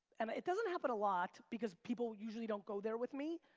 and it doesn't happen a lot because people usually don't go there with me.